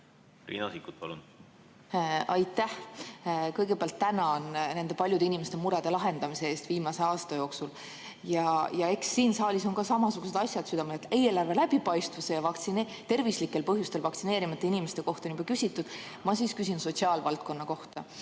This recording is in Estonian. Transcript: Riina Sikkut, palun! Aitäh! Kõigepealt tänan nende paljude inimeste murede lahendamise eest viimase aasta jooksul! Eks siin saalis on ka samasugused asjad südamel. Eelarve läbipaistvuse ja tervislikel põhjustel vaktsineerimata inimeste kohta on juba küsitud. Ma küsin sotsiaalvaldkonna kohta.